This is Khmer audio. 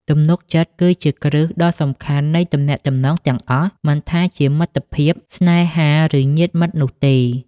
ទំនុកចិត្ត គឺជាគ្រឹះដ៏សំខាន់នៃទំនាក់ទំនងទាំងអស់ មិនថាជាមិត្តភាព ស្នេហា ឬញាតិមិត្តនោះទេ។